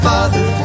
Father